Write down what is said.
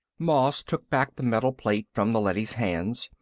moss took back the metal plate from the leady's hands.